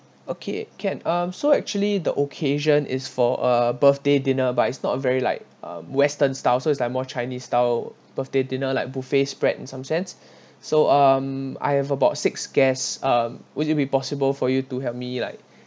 okay can um so actually the occasion is for a birthday dinner but it's not very like um western style so it's like more chinese style birthday dinner like buffet spread in some sense so um I have about six guests um would it be possible for you to help me like